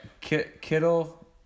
Kittle